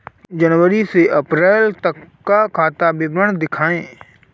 जनवरी से अप्रैल तक का खाता विवरण दिखाए?